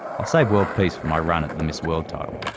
i'll save world peace for my run at the miss world title.